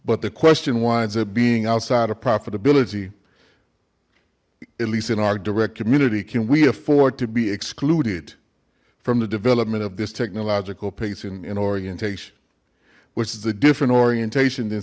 but the question wines are being outside of profitability at least in our direct community can we afford to be excluded from the development of this technological pace in orientation which is a different orientation th